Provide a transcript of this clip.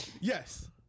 Yes